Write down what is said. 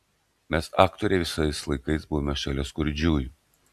mes aktoriai visais laikais buvome šalia skurdžiųjų